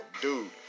dude